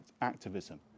activism